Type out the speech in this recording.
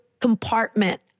compartment